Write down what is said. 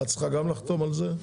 את צריכה גם לחתום על זה?